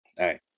right